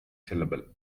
syllable